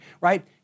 right